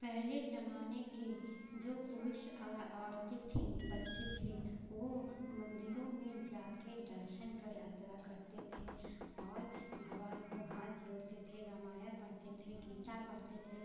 पहले ज़ ज़माने के जो पुरुष और औरतें थीं बच्चे थे वे मंदिरों में जाकर दर्शन की यात्रा करते थे और भगवान को हाथ जोड़ते थे रामायण पढ़ते थे गीता पढ़ते थे